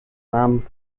namen